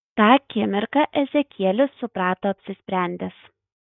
tą akimirką ezekielis suprato apsisprendęs